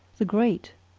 the great!